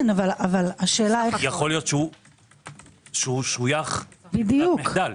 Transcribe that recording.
יכול להיות ששויך בברירת מחדל.